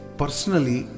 personally